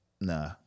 nah